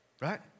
right